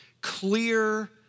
clear